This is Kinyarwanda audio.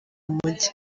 mujyi